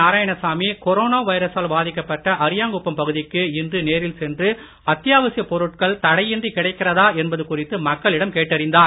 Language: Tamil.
நாராயணசாமி கொரோனா வைரசால் பாதிக்கப்பட்ட அரியாங்குப்பம் பகுதிக்கு இன்று நேரில் சென்று அத்தியாவசியப் பொருட்கள் தடையின்றி கிடைக்கிறதா என்பது குறித்து மக்களிடம் கேட்டறிந்தார்